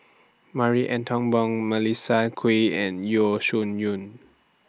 Marie Ethel Bong Melissa Kwee and Yeo Shih Yun